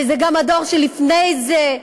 וזה גם הדור שלפני זה,